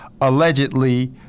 allegedly